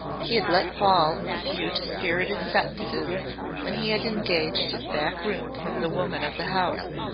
he had let fall a few dispirited sentences when he had engaged his back room from the woman of the house,